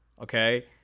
okay